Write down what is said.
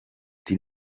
die